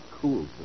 cool